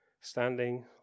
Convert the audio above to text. Standing